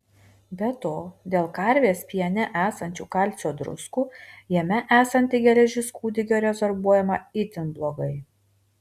be to dėl karvės piene esančių kalcio druskų jame esanti geležis kūdikio rezorbuojama itin blogai